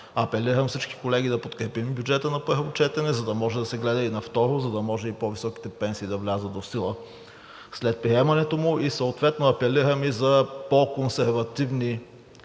Апелирам всички колеги да подкрепим бюджета на първо четене, за да може да се гледа и на второ, за да може и по-високите пенсии да влязат в сила след приемането му. Съответно апелирам и за по-консервативни